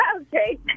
Okay